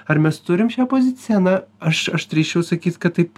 ar mes turim šią poziciją na aš aš drįsčiau sakyti kad taip